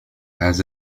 has